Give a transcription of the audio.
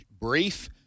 brief